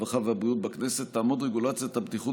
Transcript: הרווחה והבריאות בכנסת תעמוד רגולציית הבטיחות